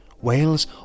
Wales